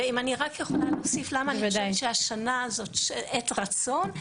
ואם אני רק יכולה להוסיף למה אני חושבת שהשנה זאת עת רצון,